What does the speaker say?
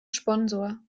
sponsor